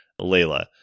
Layla